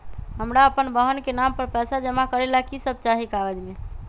हमरा अपन बहन के नाम पर पैसा जमा करे ला कि सब चाहि कागज मे?